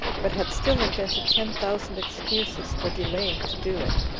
but had still invented ten thousand excuses for delaying to do it.